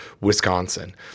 Wisconsin